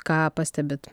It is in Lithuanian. ką pastebit